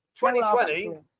2020